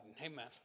amen